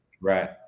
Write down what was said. Right